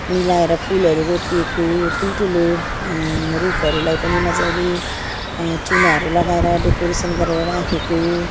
मिलाएर फुलहरू रोपिएको ठुल्ठुलो रुखहरूलााई पनि मज्जाले चुनाहरू लगाएर डेकोरेसन गरेर राखेको